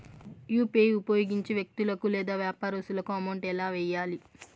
UPI ఉపయోగించి వ్యక్తులకు లేదా వ్యాపారస్తులకు అమౌంట్ ఎలా వెయ్యాలి